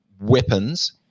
weapons